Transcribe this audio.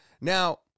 Now